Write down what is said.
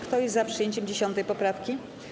Kto jest za przyjęciem 10. poprawki?